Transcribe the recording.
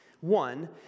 One